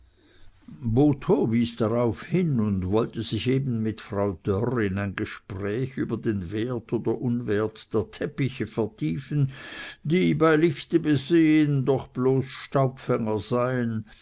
wies darauf hin und wollte sich eben mit frau dörr in ein gespräch über den wert oder unwert der teppiche vertiefen die bei lichte besehen doch bloß staubfänger seien